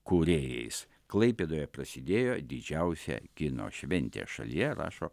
kūrėjais klaipėdoje prasidėjo didžiausia kino šventė šalyje rašo